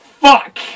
Fuck